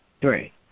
three